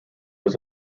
was